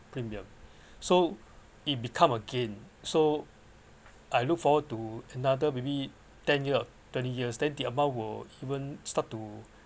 premium so it become a gain so I look forward to another maybe ten years twenty years then the amount will even start to